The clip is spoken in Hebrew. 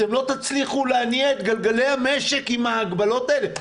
אתם לא תצליחו להניע את גלגלי המשק עם ההגבלות האלה.